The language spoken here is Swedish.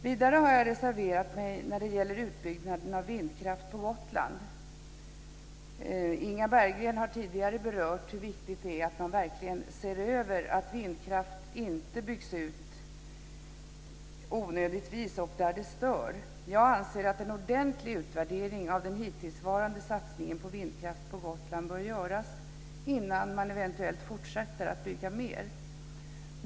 Vidare har jag reserverat mig när det gäller utbyggnaden av vindkraft på Gotland. Inga Berggren har tidigare berört hur viktigt det är att man verkligen ser över att vindkraft inte byggs ut onödigtvis och där det stör. Jag anser att en ordentlig utvärdering av den hittillsvarande satsningen på vindkraft på Gotland bör göras innan man eventuellt fortsätter att bygga mer.